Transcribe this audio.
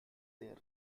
their